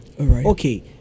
Okay